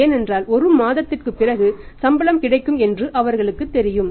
ஏனென்றால் ஒரு மாதத்திற்குப் பிறகு சம்பளம் கிடைக்கும் என்று அவர்களுக்குத் தெரியும்